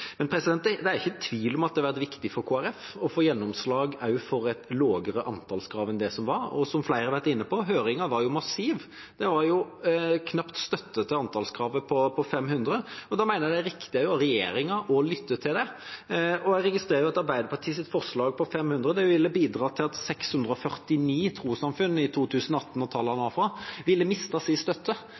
Det er ikke tvil om at det har vært viktig for Kristelig Folkeparti å få gjennomslag for et lavere antallskrav enn det som var. Som flere har vært inne på; høringen var massiv, det var knapt støtte til antallskravet på 500, og da mener jeg det er riktig av regjeringa å lytte til det. Jeg registrerer at Arbeiderpartiets forslag på 500 ville bidratt til at 649 trossamfunn i 2018 – tallene er derfra – ville mistet sin støtte.